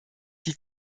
die